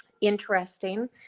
interesting